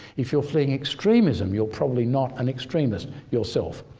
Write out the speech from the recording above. if you're fleeing extremism, you're probably not an extremist yourself.